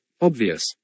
obvious